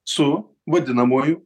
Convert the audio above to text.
su vadinamuoju